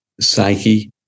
psyche